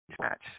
match